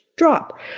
Drop